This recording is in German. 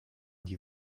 die